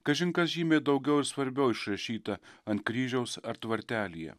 kažin kas žymiai daugiau ir svarbiau išrašyta ant kryžiaus ar tvartelyje